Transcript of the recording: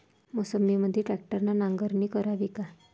मोसंबीमंदी ट्रॅक्टरने नांगरणी करावी का?